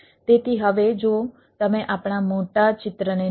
તેથી હવે જો તમે આપણા મોટા ચિત્રને જુઓ